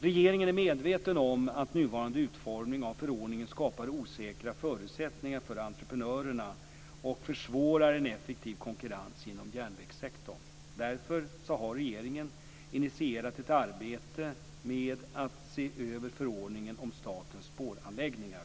Regeringen är medveten om att nuvarande utformning av förordningen skapar osäkra förutsättningar för entreprenörerna och försvårar en effektiv konkurrens inom järnvägssektorn. Därför har regeringen initierat ett arbete med att se över förordningen om statens spåranläggningar.